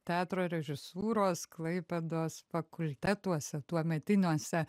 teatro režisūros klaipėdos fakultetuose tuometiniuose